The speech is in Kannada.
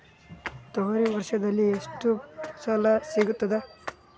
ತೊಗರಿ ವರ್ಷದಲ್ಲಿ ಎಷ್ಟು ಫಸಲ ಸಿಗತದ?